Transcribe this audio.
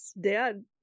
dad